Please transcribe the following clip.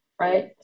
right